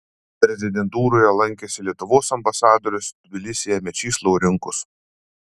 prezidentūroje lankėsi lietuvos ambasadorius tbilisyje mečys laurinkus